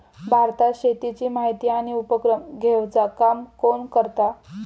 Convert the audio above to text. भारतात शेतीची माहिती आणि उपक्रम घेवचा काम कोण करता?